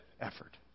effort